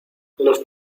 los